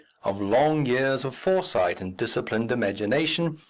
of long years of foresight and disciplined imagination,